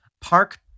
Park